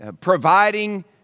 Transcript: providing